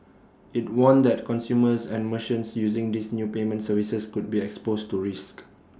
IT warned that consumers and merchants using these new payment services could be exposed to risks